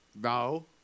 No